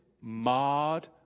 marred